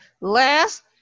Last